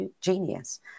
genius